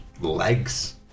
legs